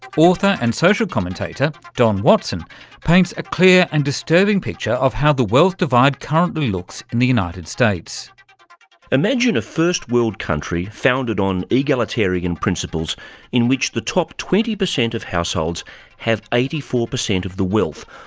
author and social commentator don watson paints a clear and disturbing picture of how the wealth divide currently looks in the united states reading imagine a first world country founded on egalitarian principles in which the top twenty percent of households have eighty four percent of the wealth,